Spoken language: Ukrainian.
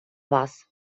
вас